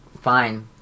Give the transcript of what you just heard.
fine